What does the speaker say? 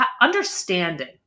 understanding